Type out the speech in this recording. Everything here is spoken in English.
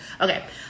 Okay